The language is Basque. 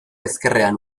ezkerrean